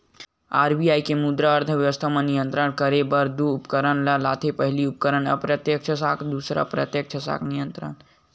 RBI मुद्रा अर्थबेवस्था म नियंत्रित करे बर दू उपकरन ल लाथे पहिली उपकरन अप्रत्यक्छ साख दूसर प्रत्यक्छ साख नियंत्रन